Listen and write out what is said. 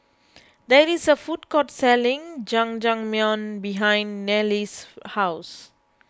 there is a food court selling Jajangmyeon behind Niles' house